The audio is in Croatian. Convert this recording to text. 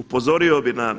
Upozorio bih na